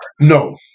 No